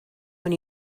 when